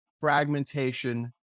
fragmentation